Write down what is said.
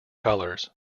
colors